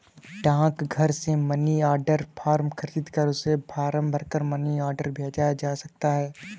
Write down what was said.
डाकघर से money order form खरीदकर उसे भरकर मनी ऑर्डर भेजा जा सकता है